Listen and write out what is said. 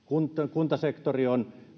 kuntasektori on antanut